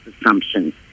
assumptions